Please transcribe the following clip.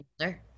sir